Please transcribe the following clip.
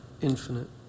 infinite